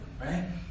right